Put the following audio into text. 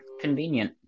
Convenient